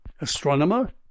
Astronomer